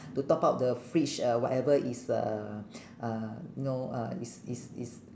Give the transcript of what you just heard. to top up the fridge or whatever is uh uh you know uh is is is